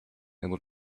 able